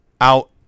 out